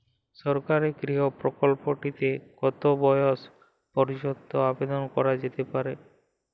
সরকারি গৃহ প্রকল্পটি তে কত বয়স পর্যন্ত আবেদন করা যেতে পারে?